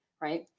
Right